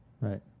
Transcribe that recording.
Right